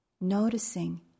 noticing